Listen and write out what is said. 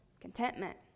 Contentment